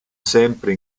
sempre